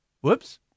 Whoops